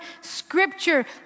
scripture